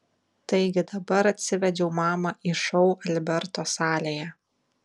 taigi dabar atsivedžiau mamą į šou alberto salėje